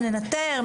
נבוא וננטר,